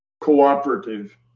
cooperative